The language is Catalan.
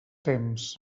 temps